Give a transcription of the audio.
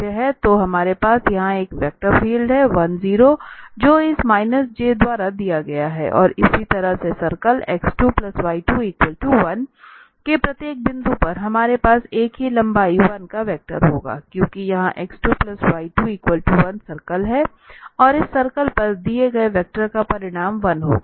तो हमारे पास यहाँ एक वेक्टर है 10 जो इस j द्वारा दिया गया है और इसी तरह से सर्कल x2y21 के प्रत्येक बिंदु पर हमारे पास एक ही लंबाई 1 का वेक्टर होगा क्योंकि यहाँ x2y21 सर्कल है और इस सर्कल पर दिए गए वेक्टर का परिमाण 1 होगा